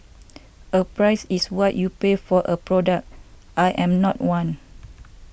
a price is what you pay for a product I am not one